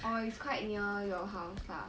orh it's quite near your house lah